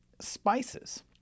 spices